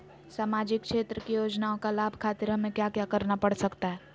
सामाजिक क्षेत्र की योजनाओं का लाभ खातिर हमें क्या क्या करना पड़ सकता है?